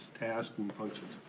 tasks and functions?